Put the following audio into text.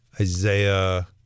Isaiah